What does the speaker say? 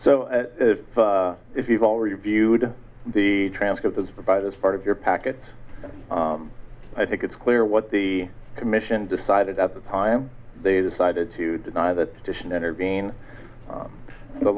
so if you've already viewed the transcript as provide as part of your packet i think it's clear what the commission decided at the time they decided to deny that addition intervene in the